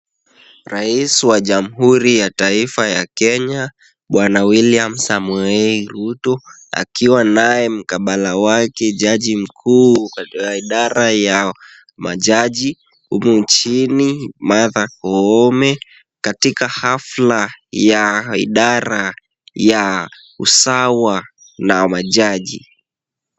Rais wa jamhuri ya taifa ya Kenya bwana William Samoei Ruto, akiwa naye mkabala wake jaji mkuu wa idara ya majaji humu nchini Martha Koome, katika hafla ya idara ya usawa na majaji.